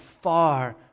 far